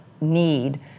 need